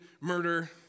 murder